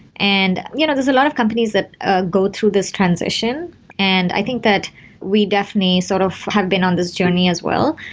and you know there's a lot of companies that ah go go through this transition and i think that we definitely sort of have been on this journey as well.